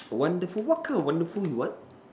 wonderful what kind of wonderful you want